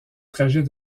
trajet